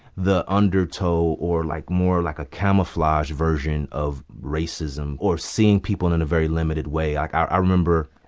the undertow or, like, more like a camouflage version of racism or seeing people in a very limited way. i ah remember,